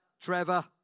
Trevor